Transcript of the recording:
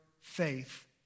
faith